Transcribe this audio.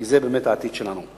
כי זה באמת העתיד שלנו.